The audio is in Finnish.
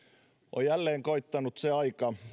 on jälleen koittanut se aika